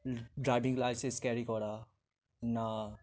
driving licence carry করা বা